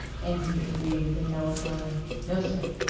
anthony agreed with a melancholy no, sir.